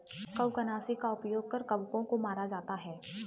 कवकनाशी का उपयोग कर कवकों को मारा जाता है